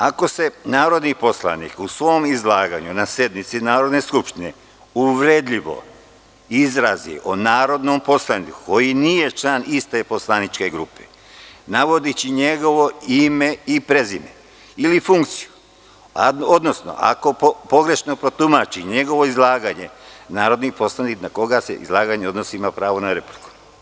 Dakle, ako se narodni poslanik u svom izlaganju na sednici Narodne skupštine uvredljivo izrazi o narodnom poslaniku koji nije član iste poslaničke grupe navodeći njegovo ime i prezime ili funkciju, odnosno ako pogrešno protumači njegovo izlaganje, narodni poslanik na koga se izlaganje odnosi ima pravo na repliku.